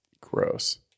Gross